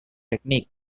technique